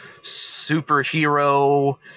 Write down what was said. superhero